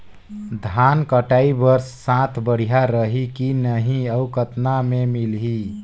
धान कटाई बर साथ बढ़िया रही की नहीं अउ कतना मे मिलही?